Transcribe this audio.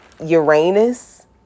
Uranus